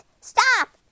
Stop